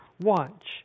Watch